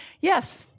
Yes